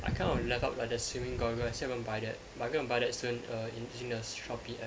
I kind of left out like the swimming goggles still haven't buy that but I'm going to buy that soon err using the Shopee app